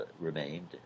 remained